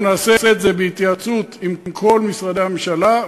אנחנו נעשה את זה בהתייעצות עם כל משרדי הממשלה,